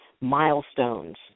milestones